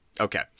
Okay